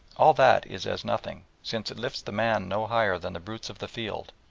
all that is as nothing, since it lifts the man no higher than the brutes of the field,